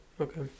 okay